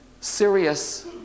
serious